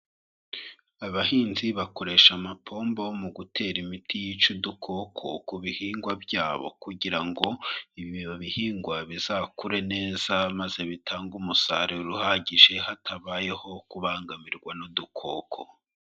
Abahinzi bakoresha amapombo mu gutera imiti yica udukoko ku bihingwa byabo kugira ngo ibi bihingwa bizakure neza maze bitange umusaruro uhagije hatabayeho kubangamirwa n'udukoko.